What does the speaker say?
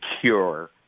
cure